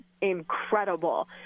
incredible